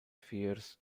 fears